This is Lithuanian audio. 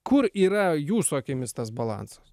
kur yra jūsų akimis tas balansas